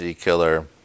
killer